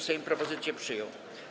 Sejm propozycję przyjął.